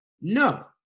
No